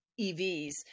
EVs